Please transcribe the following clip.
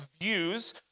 views